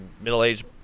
middle-aged